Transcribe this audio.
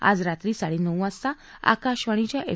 आज रात्री साडे नऊ वाजता आकाशवाणीच्या एफ